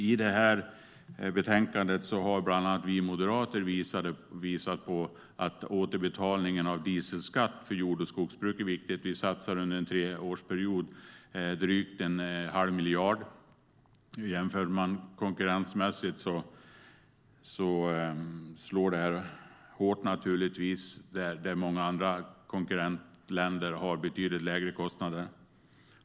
I betänkandet har bland andra vi moderater visat att återbetalningen av dieselskatt för jord och skogsbruk är viktig. Vi satsar under en treårsperiod drygt en halv miljard på detta. Om man jämför konkurrensmässigt slår detta hårt eftersom många konkurrentländer har betydligt lägre kostnader.